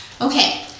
Okay